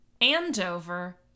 Andover